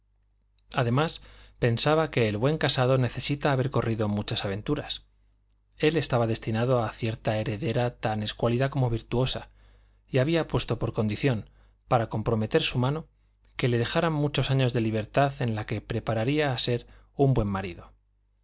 además pensaba que el buen casado necesita haber corrido muchas aventuras él estaba destinado a cierta heredera tan escuálida como virtuosa y había puesto por condición para comprometer su mano que le dejaran muchos años de libertad en la que se prepararía a ser un buen marido